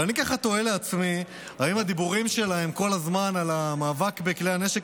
ואני ככה תוהה לעצמי אם הדיבורים שלהם כל הזמן על המאבק בכלי הנשק